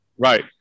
Right